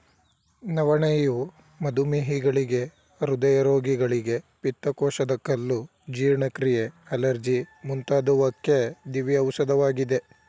ನವಣೆಯು ಮಧುಮೇಹಿಗಳಿಗೆ, ಹೃದಯ ರೋಗಿಗಳಿಗೆ, ಪಿತ್ತಕೋಶದ ಕಲ್ಲು, ಜೀರ್ಣಕ್ರಿಯೆ, ಅಲರ್ಜಿ ಮುಂತಾದುವಕ್ಕೆ ದಿವ್ಯ ಔಷಧವಾಗಿದೆ